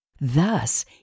Thus